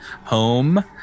home